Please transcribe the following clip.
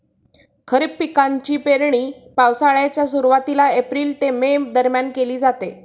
खरीप पिकांची पेरणी पावसाळ्याच्या सुरुवातीला एप्रिल ते मे दरम्यान केली जाते